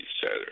center